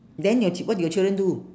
then your ch~ what did your children do